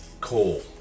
coal